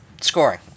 Scoring